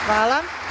Hvala.